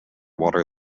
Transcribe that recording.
water